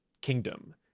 kingdom